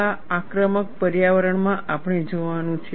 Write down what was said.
કેવા આક્રમક પર્યાવરણ માં આપણે જોવાનું છે